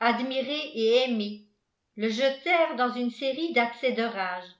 admirés et aimés le jetèrent dans une série d'accès de rage